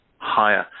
higher